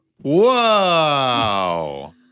Whoa